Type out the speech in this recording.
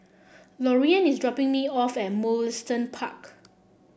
Lorean is dropping me off at Mugliston Park